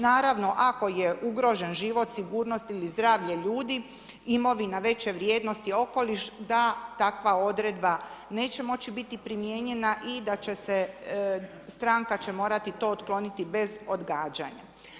Naravno ako je ugrožen život, sigurnost ili zdravlje ljudi, imovina veće vrijednosti i okoliš da takva odredba neće moći biti primijenjena i da će se stranka će morati to otkloniti bez odgađanja.